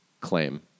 claim